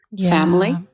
family